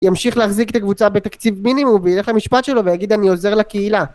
ימשיך להחזיק את הקבוצה בתקציב מינימום ויילך למשפט שלו ויגיד אני עוזר לקהילה